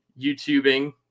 YouTubing